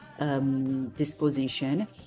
Disposition